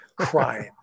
crying